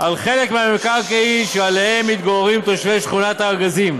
על חלק מהמקרקעין שעליהם מתגוררים תושבי שכונת הארגזים,